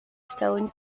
stone